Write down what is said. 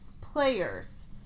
players